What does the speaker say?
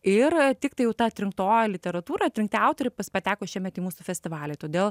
ir tiktai jau ta atrinktoji literatūra atrinkti autoriai pateko šiemet į mūsų festivalį todėl